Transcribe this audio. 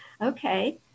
Okay